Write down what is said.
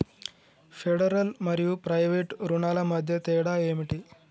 Federal మరియు private రుణాల మధ్య తేడా ఏమిటి?